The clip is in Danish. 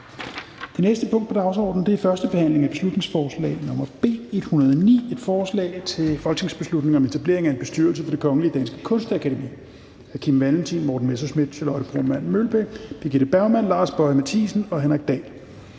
Det næste punkt på dagsordenen er: 18) 1. behandling af beslutningsforslag nr. B 109: Forslag til folketingsbeslutning om etablering af en bestyrelse for Det Kongelige Danske Kunstakademi. Af Kim Valentin (V), Morten Messerschmidt (DF), Charlotte Broman Mølbæk (SF), Birgitte Bergman (KF), Lars Boje Mathiesen (NB) og Henrik Dahl